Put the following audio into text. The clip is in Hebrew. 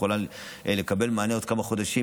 שיכולה לקבל מענה עוד כמה חודשים,